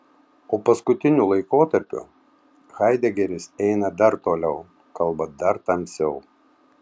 o paskutiniu laikotarpiu haidegeris eina dar toliau kalba dar tamsiau